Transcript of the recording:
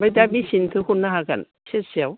ओमफ्राय दा बेसेनिथो हरनो हागोन सेरसेआव